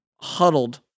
huddled